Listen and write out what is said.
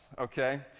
okay